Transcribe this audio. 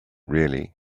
really